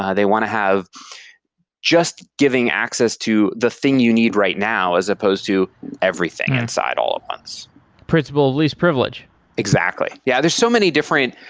ah they want to have just giving access to the thing you need right now as supposed to everything inside all at once principle of least privilege exactly. yeah. there are so many different